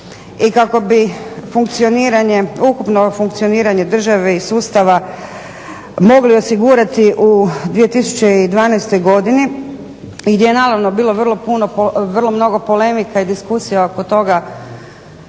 i kako bi ukupno funkcioniranje države i sustava mogli osigurati u 2012. godini i gdje je naravno bilo vrlo mnogo polemika i diskusija oko toga